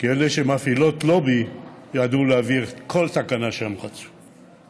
כי אלה שמפעילות לובי ידעו להעביר כל תקנה שהם רצו.